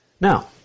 Now